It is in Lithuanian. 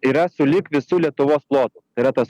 yra sulig visu lietuvos plotu tai yra tas